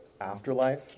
afterlife